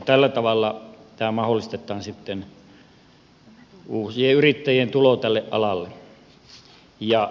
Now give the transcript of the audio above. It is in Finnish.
tällä tavalla mahdollistetaan uusien yrittäjien tulo tälle alalle